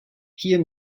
hier